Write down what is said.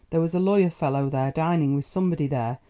there was a lawyer fellow there dining with somebody there,